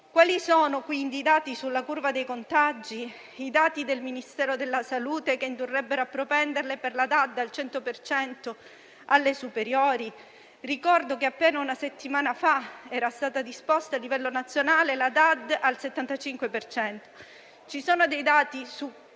Quali sono, quindi, i dati sulla curva dei contagi, i dati del Ministero della salute che indurrebbero a propendere per la DAD al 100 per cento alle superiori? Ricordo che appena una settimana fa era stata disposta a livello nazionale la DAD al 75 per cento. Ci sono dei dati su